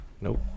Nope